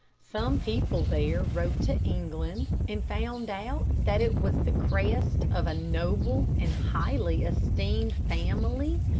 some people there wrote to england, and found out that it was the crest of a noble and highly esteemed family,